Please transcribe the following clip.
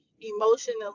emotionally